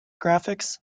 graphics